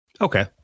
Okay